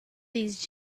these